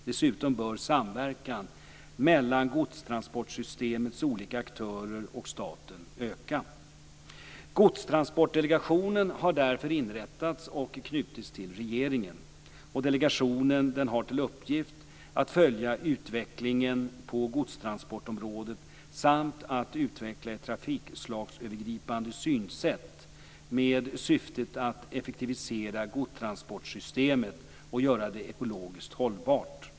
Dessutom bör samverkan mellan godstransportsystemets olika aktörer och staten öka. Godstransportdelegationen har därför inrättats och knutits till regeringen. Delegationen har till uppgift att följa utvecklingen på godstransportområdet samt att utveckla ett trafikslagsövergripande synsätt med syftet att effektivisera godstransportsystemet och göra det ekologiskt hållbart.